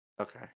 Okay